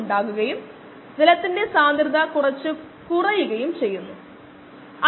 part ബിക്ക് സമാന ചോദ്യങ്ങൾ എന്താണ് വേണ്ടത്